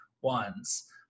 ones